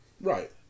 Right